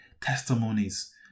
testimonies